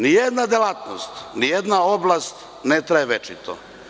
Nijedna delatnost, nijedna oblast ne traje večno.